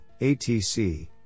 ATC